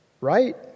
right